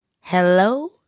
Hello